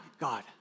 God